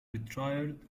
retired